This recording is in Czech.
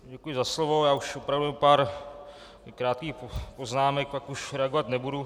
Děkuji za slovo, už opravdu jenom pár krátkých poznámek, pak už reagovat nebudu.